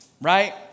Right